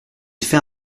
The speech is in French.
fait